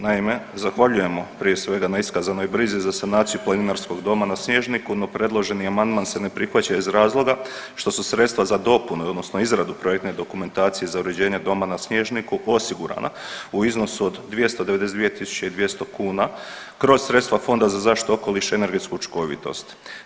Naime, zahvaljujemo prije svega na iskazanoj brizi za sanaciju Planinarskog doma na Snježniku no predloženi amandman se ne prihvaća iz razloga što su sredstva za dopunu odnosno izradu projektne dokumentacije za uređenje doma na Snježniku osigurana u iznosu od 292.200 kuna kroz sredstva Fonda za zaštitu okoliša i energetsku učinkovitost.